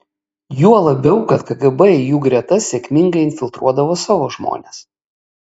juo labiau kad kgb į jų gretas sėkmingai infiltruodavo savo žmones